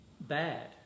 bad